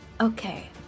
Okay